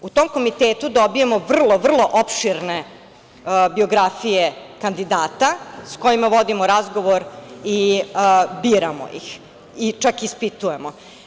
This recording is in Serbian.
U tom Komitetu dobijamo vrlo opširne biografije kandidata, sa kojima vodimo razgovor i biramo ih, čak i ispitujemo.